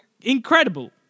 incredible